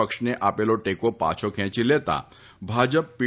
પક્ષને આપેલો ટેકો પાછો ખેંચી લેતા ભાજપ પી